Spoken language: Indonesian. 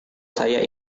saya